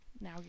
Now